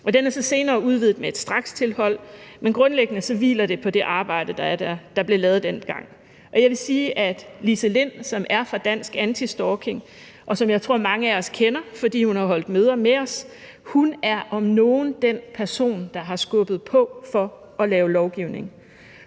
den er så senere udvidet med et strakstilhold, men grundlæggende hviler det på det arbejde, der blev lavet dengang. Og jeg vil sige, at Lise Lind, som kommer fra Dansk Anti-Stalking Forening, og som jeg tror mange af os kender, fordi hun har holdt møder med os, om nogen er den person, der har skubbet på for at lave lovgivning.